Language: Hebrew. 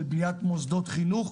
של בניית מוסדות חינוך,